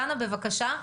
דנה בבקשה.